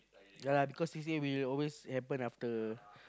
ya lah because C_C_A will always happen after